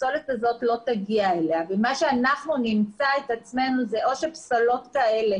הפסולת הזאת לא תגיע אליהם ואנחנו נמצא את עצמנו במצב שאו שפסולות כאלה